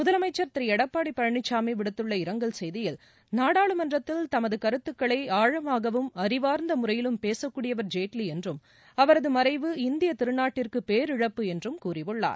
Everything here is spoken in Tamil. முதலமைச்ச் திரு எடப்பாடி பழனிசாமி விடுத்துள்ள இரங்கல் செய்தியில் நாடாளுமன்றத்தில் தமது கருத்துக்களை ஆழமாகவும் அறிவார்ந்த முறையிலும் பேசக்கூடியவர் ஜேட்லி என்றும் அவரது மறைவு இந்திய திருநாட்டிற்கு பேரிழப்பு என்று கூறியுள்ளார்